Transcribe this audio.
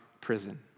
prison